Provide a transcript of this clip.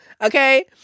Okay